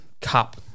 cup